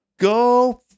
Go